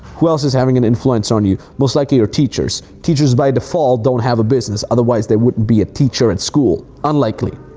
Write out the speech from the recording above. who else is having an influence on you? most likely your teachers. teachers by default don't have a business, otherwise they wouldn't be a teacher at school. unlikely.